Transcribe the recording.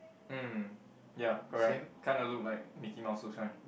mm ya correct kinda look like Mickey Mouse